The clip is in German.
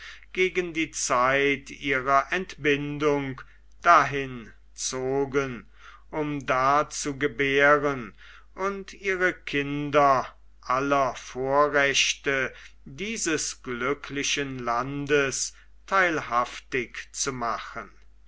gegen die zeit ihrer entbindung dahin zogen um da zu gebären und ihre kinder aller vorrechte dieses glücklichen landes theilhaftig zu machen